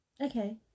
Okay